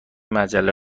مجله